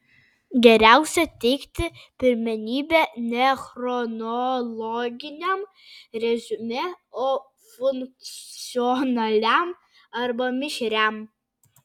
geriausia teikti pirmenybę ne chronologiniam reziumė o funkcionaliam arba mišriam